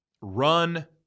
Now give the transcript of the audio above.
run